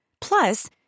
Plus